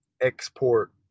export